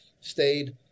stayed